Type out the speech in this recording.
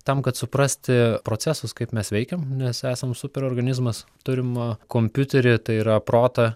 tam kad suprasti procesus kaip mes veikiam nes esam super organizmas turim kompiuterį tai yra protą